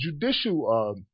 judicial